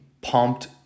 pumped